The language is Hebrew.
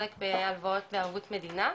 חלק הלוואות בערבות מדינה.